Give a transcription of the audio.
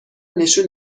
نشون